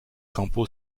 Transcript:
campo